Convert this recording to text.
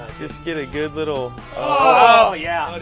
just get a good little oh, yeah. but